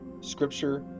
scripture